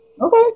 Okay